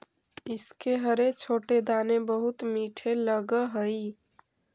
इसके हरे छोटे दाने बहुत मीठे लगअ हई